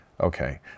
okay